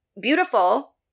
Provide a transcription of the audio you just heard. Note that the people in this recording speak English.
beautiful